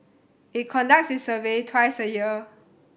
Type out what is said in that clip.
it conducts its survey twice a year